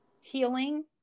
healing